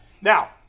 Now